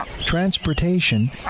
transportation